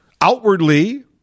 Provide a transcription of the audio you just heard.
outwardly